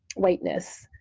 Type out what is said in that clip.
whiteness.